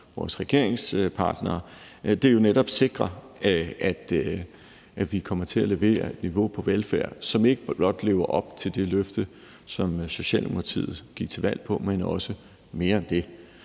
vores regeringspartnere, jo netop sikrer, at vi kommer til at levere et niveau på velfærd, hvor vi ikke blot lever op til det løfte, som Socialdemokratiet gik til valg på, men også mere end det.